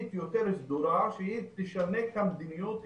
תוכנית יותר סדורה שהיא תשנה את המדיניות,